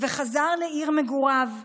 ויחזור לעיר מגוריו,